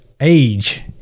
age